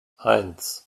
eins